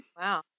Wow